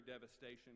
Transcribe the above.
devastation